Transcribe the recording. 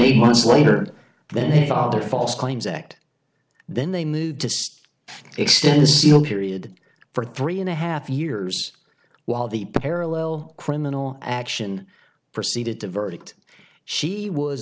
eight months later then there are the false claims act then they moved to extend the seal period for three and a half years while the parallel criminal action for ceded the verdict she was